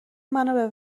منو